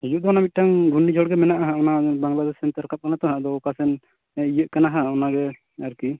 ᱦᱤᱡᱩᱜ ᱠᱟᱱᱟ ᱢᱤᱫᱴᱟᱝ ᱜᱷᱩᱨᱱᱤᱡᱷᱚᱨ ᱢᱮᱱᱟᱜᱼᱟ ᱚᱱᱟ ᱵᱟᱝᱞᱟᱫᱮᱥ ᱥᱮᱱᱛᱮ ᱨᱟᱠᱟᱵ ᱠᱟᱱᱟ ᱟᱫᱚ ᱚᱠᱟᱥᱮᱱ ᱤᱭᱟᱹ ᱠᱟᱱᱟᱦᱟᱜ ᱚᱱᱟ ᱜᱮ ᱟᱨᱠᱤ